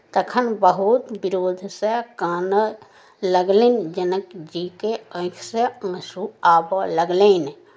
तखन बहुत विरोधसँ कानय लगलनि जनक जीके आँखिसँ आँसू आबय लगलनि